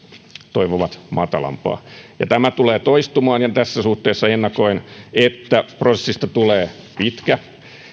toivovat matalampaa tämä tulee toistumaan ja tässä suhteessa ennakoin että prosessista tulee pitkä